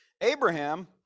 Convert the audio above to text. Abraham